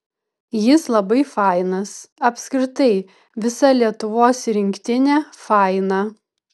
jis labai fainas apskritai visa lietuvos rinktinė faina